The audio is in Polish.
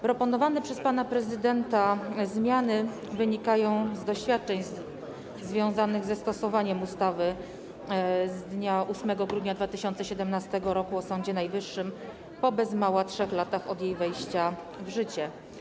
Proponowane przez pana prezydenta zmiany wynikają z doświadczeń związanych ze stosowaniem ustawy z dnia 8 grudnia 2017 r. o Sądzie Najwyższym po bez mała 3 latach od jej wejścia w życie.